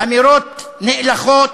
אמירות נאלחות